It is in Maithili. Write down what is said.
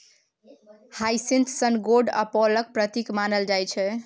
हाइसिंथ सन गोड अपोलोक प्रतीक मानल जाइ छै